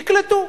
נקלטו,